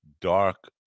dark